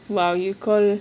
!wow! you call